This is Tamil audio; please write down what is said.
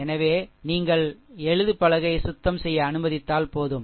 எனவே நீங்கள் எழுதுபலகையை சுத்தம் செய்ய அனுமதித்தால் போதும்